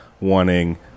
wanting